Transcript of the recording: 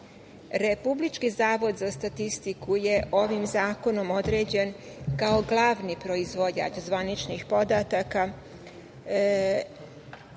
godine. Republički zavod za statistiku je ovim zakonom određen kao glavni proizvođač zvaničnih podataka,